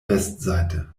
westseite